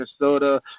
Minnesota